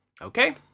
Okay